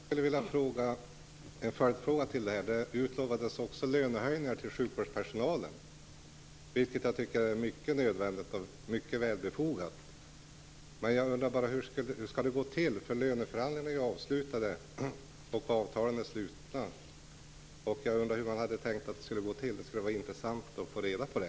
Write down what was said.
Fru talman! Det utlovades också lönehöjningar till sjukvårdspersonalen, vilket jag tycker är helt nödvändigt och mycket välbefogat. Men jag undrar hur det skall gå till, för löneförhandlingarna är avslutade och avtalen slutna. Det skulle vara intressant att få reda på det.